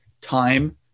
time